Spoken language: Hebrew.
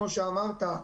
כמו שאמרת,